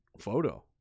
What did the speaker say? photo